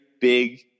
big